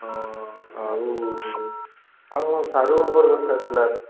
ହଁ ଆଉ ଆଉ ସାରୁ ଆମର ଦରକାର ଥିଲା